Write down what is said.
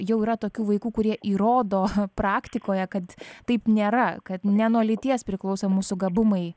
jau yra tokių vaikų kurie įrodo praktikoje kad taip nėra kad ne nuo lyties priklauso mūsų gabumai